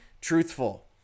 truthful